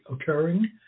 occurring